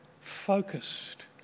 focused